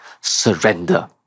surrender